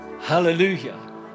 Hallelujah